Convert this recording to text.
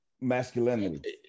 masculinity